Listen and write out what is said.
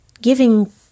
giving